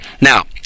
Now